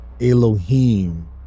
Elohim